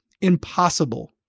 impossible